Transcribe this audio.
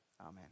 amen